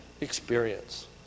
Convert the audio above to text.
experience